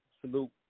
Salute